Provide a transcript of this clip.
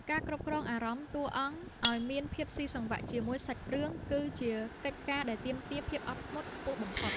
ការគ្រប់គ្រងអារម្មណ៍តួអង្គឱ្យមានភាពស៊ីសង្វាក់ជាមួយសាច់រឿងគឺជាកិច្ចការដែលទាមទារភាពអត់ធ្មត់ខ្ពស់បំផុត។